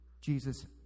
Jesus